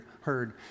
heard